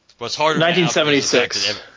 1976